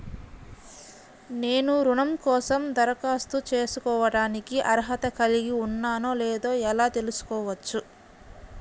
నేను రుణం కోసం దరఖాస్తు చేసుకోవడానికి అర్హత కలిగి ఉన్నానో లేదో ఎలా తెలుసుకోవచ్చు?